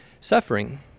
suffering